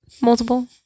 multiple